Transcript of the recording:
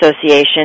Association